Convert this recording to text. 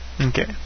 Okay